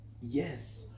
Yes